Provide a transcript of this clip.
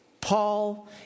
Paul